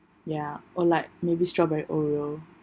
ya or like maybe strawberry Oreo